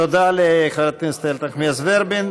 תודה לחברת הכנסת איילת נחמיאס ורבין.